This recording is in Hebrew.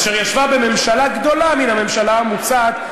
אשר ישבה בממשלה גדולה מן הממשלה המוצעת,